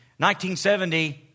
1970